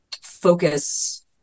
focus